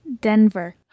Denver